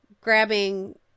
grabbing